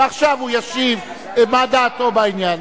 ועכשיו הוא ישיב מה דעתו בעניין.